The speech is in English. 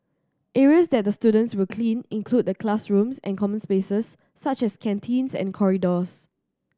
areas that the students will clean include the classrooms and common spaces such as canteens and corridors